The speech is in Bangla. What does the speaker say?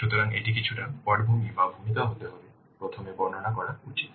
সুতরাং এটি কিছুটা পটভূমি বা ভূমিকা হতে হবে প্রথমে বর্ণনা করা উচিত